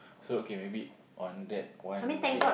so okay maybe on that one day